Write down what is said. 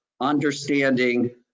understanding